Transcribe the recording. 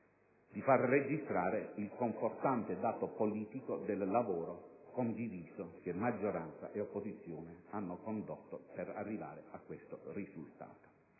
di far registrare il confortante dato politico del lavoro condiviso che maggioranza ed opposizione hanno condotto per arrivare a questo risultato.